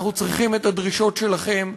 אנחנו צריכים את הדרישות שלכם.